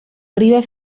arriba